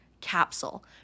capsule